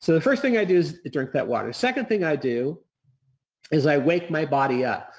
the first thing i do is drink that water. second thing i do is i wake my body up.